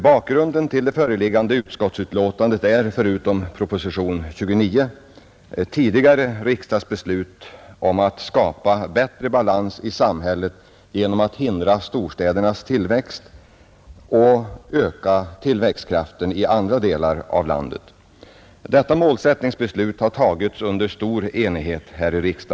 Bakgrunden till det föreliggande utskottsutlåtandet är, förutom propositionen 29, tidigare riksdagsbeslut om att skapa bättre balans i samhället genom att hindra storstädernas tillväxt och öka tillväxtkraften i andra delar av landet, Detta beslut har fattats under stor enighet.